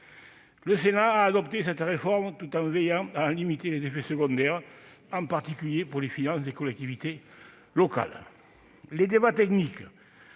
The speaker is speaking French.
Le Sénat a adopté cette réforme, tout en veillant à en limiter les effets secondaires, en particulier pour les finances des collectivités locales. Les débats techniques